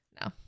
no